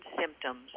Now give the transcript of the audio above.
symptoms